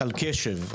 על קשב.